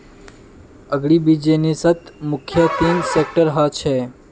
अग्रीबिज़नेसत मुख्य तीन सेक्टर ह छे